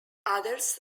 others